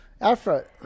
effort